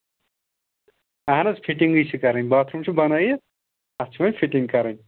اَہن حظ فِٹِنٛگٕے چھِ کرٕنۍ باتھ روٗم چھُ بَنٲیِتھ اَتھ چھُ وۄنۍ فِٹِنٛگ کَرٕنۍ